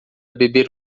beber